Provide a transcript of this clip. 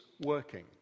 working